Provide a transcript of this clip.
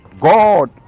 god